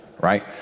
right